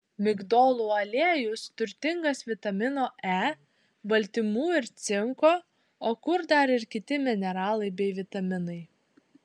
migdolų aliejus turtingas vitamino e baltymų ir cinko o kur dar ir kiti mineralai bei vitaminai